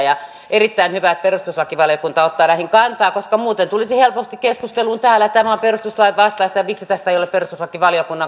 on erittäin hyvä että perustusvaliokunta ottaa näihin kantaa koska muuten tulisi helposti keskusteluun täällä että tämä on perustuslain vastaista ja miksi tästä ei ole perustuslakivaliokunnan kannanottoa